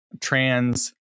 trans